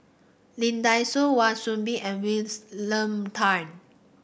Lee Dai Soh Kwa Soon Bee and Tan